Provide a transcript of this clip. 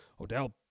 Odell